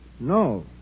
No